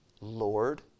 Lord